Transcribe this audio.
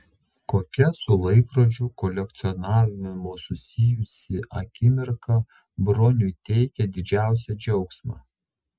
kokia su laikrodžių kolekcionavimu susijusi akimirka broniui teikia didžiausią džiaugsmą